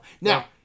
Now